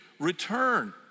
return